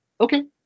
okay